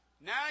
Now